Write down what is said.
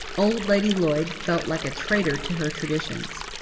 old lady lloyd felt like a traitor to her traditions.